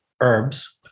herbs